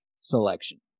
selection